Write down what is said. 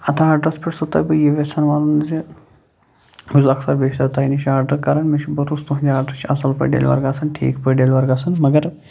اَتھ آرڈٕرَس پٮ۪ٹھ چھُس سَو تۄہہِ بہٕ یہِ وژھان وَنُن زِ بہٕ چھُس اَکثر بیشتَر تۄہہِ نِش آرڈَر کران مےٚ چھِ برۄسہٕ تُہٕنٛد آرڈَر چھِ اَصٕل پٲٹھۍ ڈٮ۪لوَر گژھان ٹھیٖک پٲٹھۍ ڈیلوَر گژھان مگر